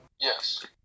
Yes